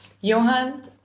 Johann